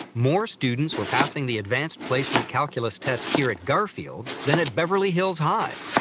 more students were passing the advanced placement calculus test here at garfield than at beverly hills high.